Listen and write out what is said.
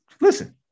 listen